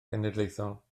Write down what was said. genedlaethol